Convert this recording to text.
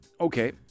okay